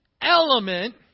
element